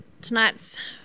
Tonight's